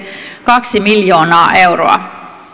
kaksi miljoonaa euroa